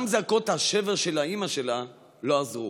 גם זעקות השבר של אימא שלה לא עזרו.